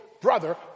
brother